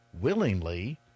willingly